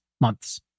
months